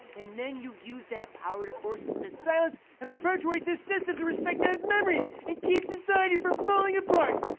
and then you used that power to force us into silence and perpetuate this system to respect nana's memory and keep society from falling apart.